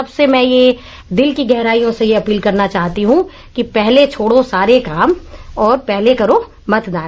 सबसे मैं ये दिल की गहराइयों से यह अपील करना चाहती हूं कि पहले छोड़ों सारे काम और पहले करो मतदान